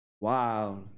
Wow